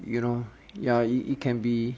you know ya it it can be